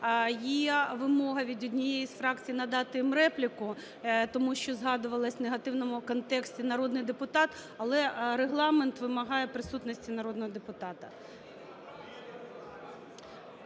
Є вимога від однієї із фракцій надати їм репліку, тому що згадувалась в негативному контексті народний депутат, але Регламент вимагає присутності народного депутата.